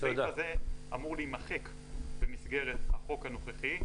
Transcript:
הסעיף הזה אמור להימחק במסגרת החוק הנוכחי,